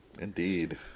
Indeed